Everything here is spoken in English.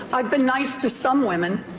i've been nice to some women.